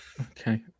Okay